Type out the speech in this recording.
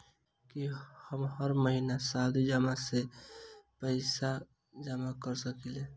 की हम हर महीना सावधि जमा सँ पैसा जमा करऽ सकलिये?